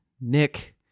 Nick